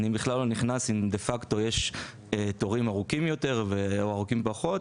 אניב כלל לא נכנס אם דה פקטו יש תורים ארוכים יותר או ארוכים פחות,